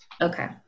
Okay